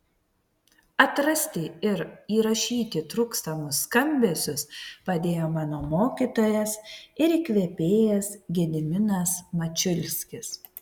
atrasti ir įrašyti trūkstamus skambesius padėjo mano mokytojas ir įkvėpėjas gediminas mačiulskis